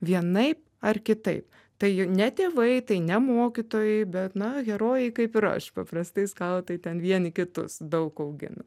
vienaip ar kitaip tai ne tėvai tai ne mokytojai bet na herojai kaip ir aš paprastai skautai ten vieni kitus daug augina